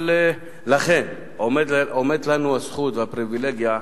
אבל לכן, עומדת לנו הזכות והפריווילגיה,